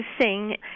sing